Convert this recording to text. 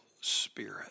spirit